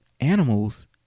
animals